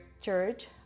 church